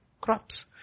crops